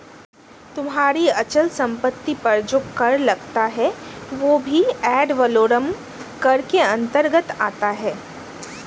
तुम्हारी अचल संपत्ति पर जो कर लगता है वह भी एड वलोरम कर के अंतर्गत आता है